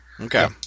Okay